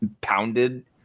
pounded